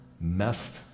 messed